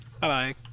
Bye